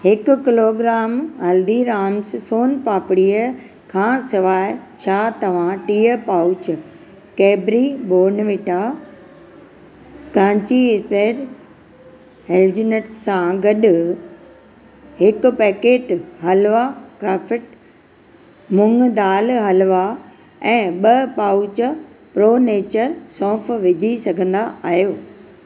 हिकु किलोग्राम हल्दीराम्स सोन पापड़ीअ खां सवाइ छा तव्हां टीह pouch Cadbury Bournvita crunchy spread hazelnut सां गॾु हिकु पैकेट हलवा क्राफिट मुङु दालि हलवा ऐं ॿ पाउच प्रो नेचर सौंफ़ विझी सघंदा आहियो